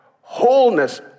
wholeness